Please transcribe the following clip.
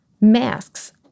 masks